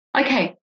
Okay